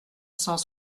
cent